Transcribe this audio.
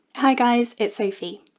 hi guys it's sophie.